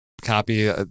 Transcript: copy